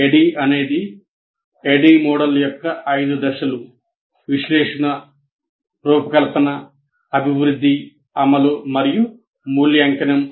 ADDIE అనేది ADDIE model యొక్క 5 దశలు విశ్లేషణ రూపకల్పన అభివృద్ధి అమలు మరియు మూల్యాంకనం